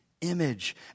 image